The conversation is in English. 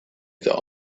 that